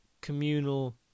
communal